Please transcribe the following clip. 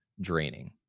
draining